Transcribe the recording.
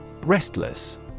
Restless